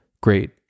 great